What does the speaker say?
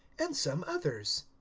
and some others.